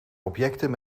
objecten